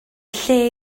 lle